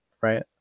right